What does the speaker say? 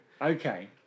okay